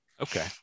Okay